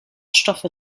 stoffe